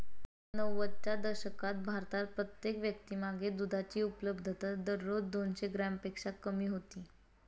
नव्वदच्या दशकात भारतात प्रत्येक व्यक्तीमागे दुधाची उपलब्धता दररोज दोनशे ग्रॅमपेक्षा कमी होती